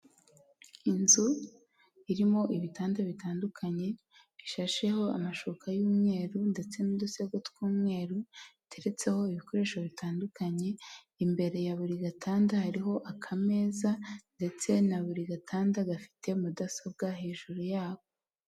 Inzu irimo ibitanda bitandukanye, ishasheho amashuka y'umweru, ndetse n'udusego tw'umweru iteretseho ibikoresho bitandukanye, imbere ya buri gatanda hariho akameza ndetse na buri gatanda gafite mudasobwa hejuru yaho.